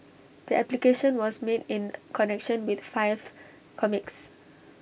the application was made in connection with five comics